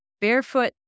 Barefoot